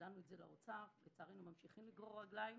הודענו את זה לאוצר, לצערנו ממשיכים לגרור רגליים,